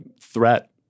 threat